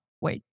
Wait